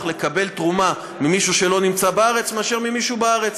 לקבל תרומה ממישהו שלא נמצא בארץ מאשר ממישהו בארץ.